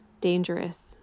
Dangerous